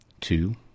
Two